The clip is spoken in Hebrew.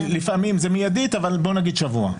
לפעמים זה מידית, אבל בוא נגיד שבוע.